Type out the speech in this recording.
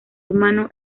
humano